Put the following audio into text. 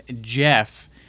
Jeff